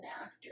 actor